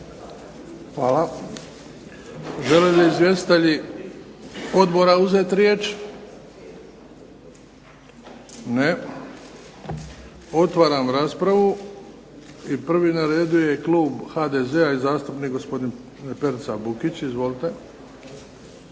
Hvala. Žele li izvjestitelji Odbora uzeti riječ? Ne. Otvaram raspravu i prvi na redu je Klub HDZ-a i zastupnik Perica Bukić. Izvolite.